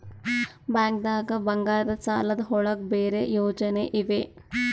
ಬ್ಯಾಂಕ್ದಾಗ ಬಂಗಾರದ್ ಸಾಲದ್ ಒಳಗ್ ಬೇರೆ ಯೋಜನೆ ಇವೆ?